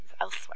elsewhere